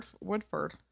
woodford